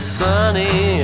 sunny